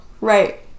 right